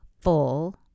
full